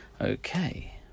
Okay